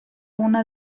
una